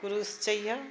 क्रूस चहियै